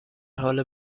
حال